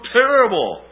terrible